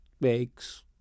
makes